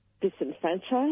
disenfranchised